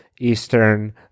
Eastern